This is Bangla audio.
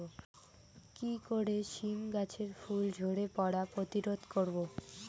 কি করে সীম গাছের ফুল ঝরে পড়া প্রতিরোধ করব?